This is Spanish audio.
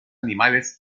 animales